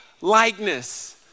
likeness